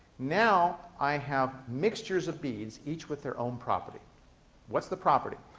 now, i have mixtures of beads, each with their own property what's the property?